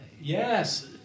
Yes